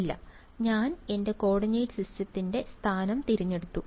ഇല്ല ഞാൻ എന്റെ കോർഡിനേറ്റ് സിസ്റ്റത്തിന്റെ സ്ഥാനം തിരഞ്ഞെടുത്തു